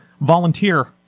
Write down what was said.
volunteer